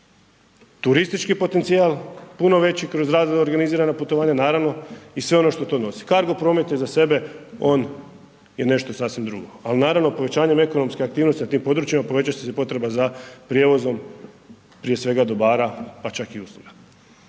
turistički potencijal puno veći kroz razna organizirana putovanja, naravno, i sve ono što to nosi. Cargo promet je za sebe, on je nešto sasvim drugo, al, naravno, povećanjem ekonomske aktivnosti na tim područjima, povećat će se potreba za prijevozom prije svega dobara, pa čak i usluga